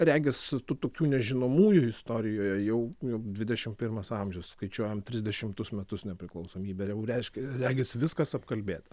regis tų tokių nežinomųjų istorijoje jau jau dvidešim pirmas amžius skaičiuojam trisdešimtus metus nepriklausomybę jau reiškia regis viskas apkalbėta